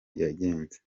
yagenze